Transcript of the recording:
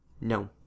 No